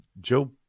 Joe